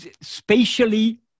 spatially